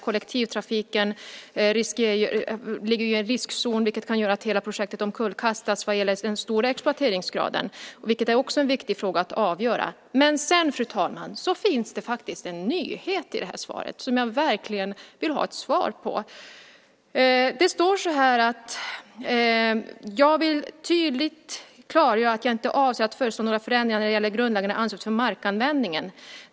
Kollektivtrafiken ligger i en riskzon, vilket kan göra att hela projektet omkullkastas vad gäller den stora exploateringsgraden. Det är också en viktig fråga att avgöra. Fru talman! Sedan finns det faktiskt en nyhet i svaret. Jag vill verkligen ha ett svar. Statsrådet sade: "Jag vill tydligt klargöra att jag inte avser att föreslå några förändringar när det gäller det grundläggande ansvaret för markanvändningen.